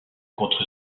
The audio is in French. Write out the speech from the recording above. contre